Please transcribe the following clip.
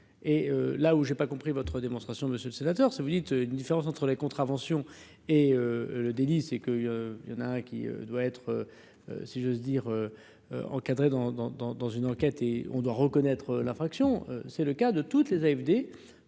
et là où j'ai pas compris votre démonstration, monsieur le sénateur, c'est vous dites une différence entre les contraventions et le délit, c'est qu'il y en a un qui doit être si j'ose dire, encadré dans, dans, dans, dans une enquête et on doit reconnaître l'infraction, c'est le cas de toutes les AFD